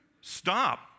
Stop